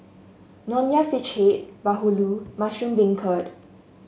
Nonya Fish Head bahulu Mushroom Beancurd